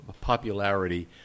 popularity